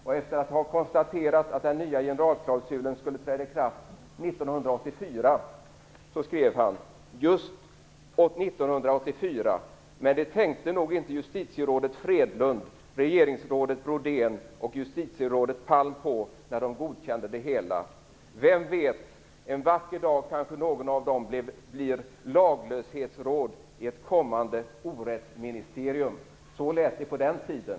Och efter att ha konstaterat att den nya generalklausulen skulle träda i kraft 1984 skrev han: Just 1984, men det tänkte nog inte justitierådet Fredlund, regeringsrådet Brodén och justitierådet Palm på, när de godkände det hela. Vem vet, en vacker dag kanske någon av dem blir laglöshetsråd i ett kommande orättsministerium. Så lät det på den tiden.